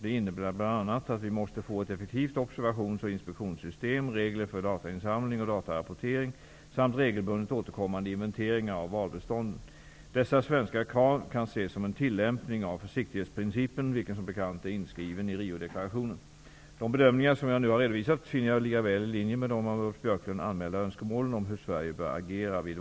Det innebär bl.a. att vi måste få ett effektivt observations och inspektionssystem, regler för datainsamling och datarapportering samt regelbundet återkommande inventeringar av valbestånden. Dessa svenska krav kan ses som en tillämpning av försiktighetsprincipen, vilken som bekant är inskriven i Riodeklarationen. De bedömnningar som jag nu har redovisat finner jag ligga väl i linje med de av Ulf Björklund anmälda önskemålen om hur Sverige bör agera vid